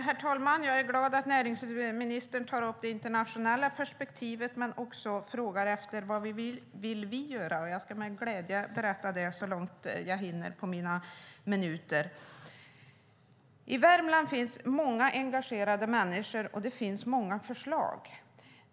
Herr talman! Jag är glad att näringsministern tar upp det internationella perspektivet men också frågar vad vi vill göra. Jag ska med glädje berätta det så långt jag hinner under de minuter som jag har till förfogande. I Värmland finns många engagerade människor, och det finns många förslag.